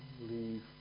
leave